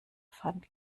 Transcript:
fand